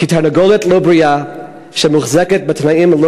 כי תרנגולת לא בריאה שמוחזקת בתנאים שלא